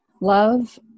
Love